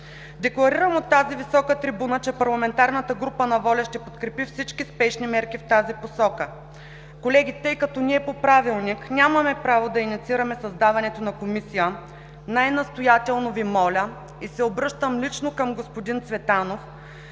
Декларирам от тази висока трибуна, че парламентарната група на „Воля“ ще подкрепи всички спешни мерки в тази посока. Колеги, тъй като ние по Правилник нямаме право да инициираме създаването на комисия, най-настоятелно Ви моля и се обръщам лично към господин Цветанов,